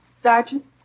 Sergeant